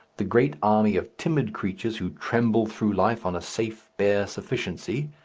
the great army of timid creatures who tremble through life on a safe bare sufficiency,